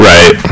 Right